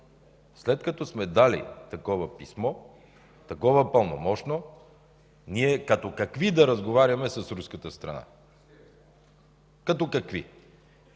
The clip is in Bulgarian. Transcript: След като сме дали такова писмо, такова пълномощно, ние като какви да разговаряме с руската страна?! Като какви?!